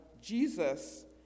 Jesus